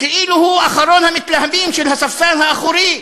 כאילו הוא אחרון המתלהמים של הספסל האחורי